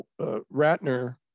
Ratner